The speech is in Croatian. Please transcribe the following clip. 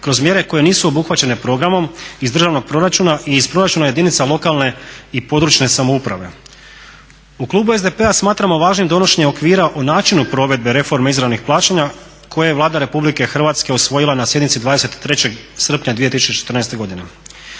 kroz mjere koje nisu obuhvaćene programom iz državnog proračuna i iz proračuna jedinica lokalne i područne samouprave. U klubu SDP-a smatramo važnim donošenje okvira o načinu provedbe reforme izravnih plaćanja koje je Vlada Republike Hrvatske usvojila na sjednici 23. srpnja 2014. godine.